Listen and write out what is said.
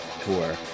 Tour